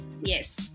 Yes